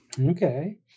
Okay